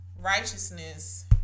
righteousness